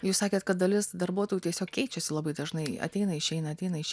jūs sakėt kad dalis darbuotojų tiesiog keičiasi labai dažnai ateina išeina ateina išei